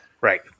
Right